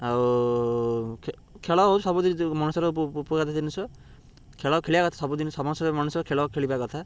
ଆଉ ଖେଳ ହେଉଛି ସବୁ ମଣିଷର ଉପକାରି ଜିନିଷ ଖେଳ ଖେଳିବା କଥା ସବୁଦିନ ସମସ୍ତେ ମଣିଷ ଖେଳ ଖେଳିବା କଥା